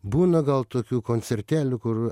būna gal tokių koncertėlių kur